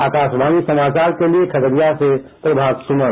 आकाशवाणी समाचार के लिए खगडिया से प्रभात सुमन